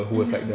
mmhmm